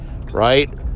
right